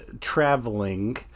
traveling